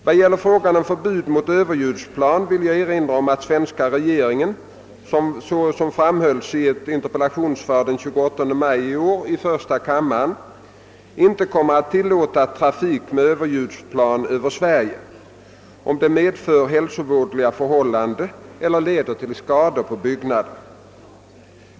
Vad gäller frågan om förbud mot överljudsplan vill jag erinra om att svenska regeringen — såsom framhölls i ett interpellationssvar den 28 maj i år i första kammaren — inte kommer att tillåta trafik med överljudsplan över Sverige, om den medför hälsovådliga förhållanden eller leder till skador på byggnader.